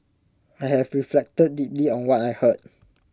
I have reflected deeply on what I heard